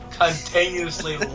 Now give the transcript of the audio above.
continuously